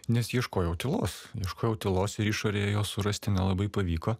nes ieškojau tylos ieškojau tylos ir išorėje jo surasti nelabai pavyko